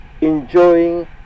enjoying